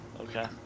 Okay